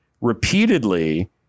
repeatedly